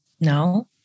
no